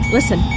Listen